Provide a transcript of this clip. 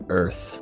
earth